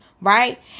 Right